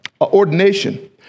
ordination